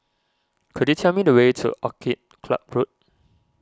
could you tell me the way to Orchid Club Road